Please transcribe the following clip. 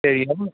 சரி